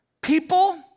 People